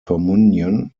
communion